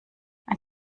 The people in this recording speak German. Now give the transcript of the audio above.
ein